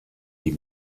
die